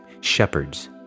shepherds